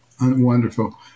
Wonderful